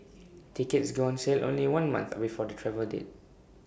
tickets go on sale only one month before the travel date